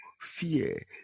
fear